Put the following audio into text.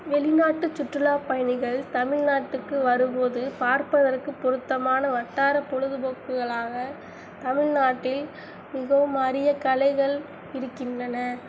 வெளி நாட்டு சுற்றுலா பயணிகள் தமிழ்நாட்டுக்கு வரும் போது பார்ப்பதற்கு பொருத்தமான வட்டார பொழுது போக்குகளாக தமிழ்நாட்டில் மிகவும் அறிய கலைகள் இருக்கின்றன